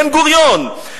בן-גוריון,